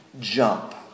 jump